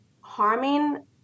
harming